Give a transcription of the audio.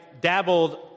dabbled